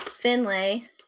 Finlay